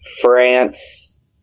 France